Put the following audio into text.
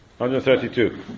132